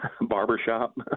barbershop